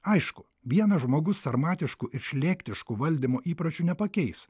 aišku vienas žmogus sarmatiškų ir šlėktiškų valdymo įpročių nepakeis